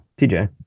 TJ